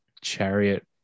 chariot